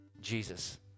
Jesus